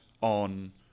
on